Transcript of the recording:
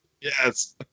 Yes